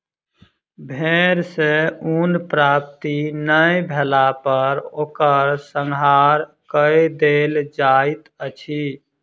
भेड़ सॅ ऊन प्राप्ति नै भेला पर ओकर संहार कअ देल जाइत अछि